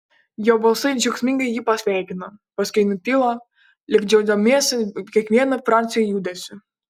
jo balsai džiaugsmingai jį pasveikino paskui nutilo lyg džiaugdamiesi kiekvienu francio judesiu